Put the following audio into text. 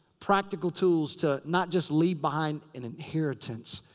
practical tools to not just leave behind an inheritance.